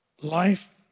life